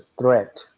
threat